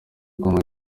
kunywa